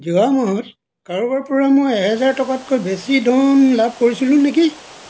যোৱা মাহত কাৰোবাৰ পৰা মই এহেজাৰ টকাতকৈ বেছি ধন লাভ কৰিছিলোঁ নেকি